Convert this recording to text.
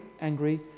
angry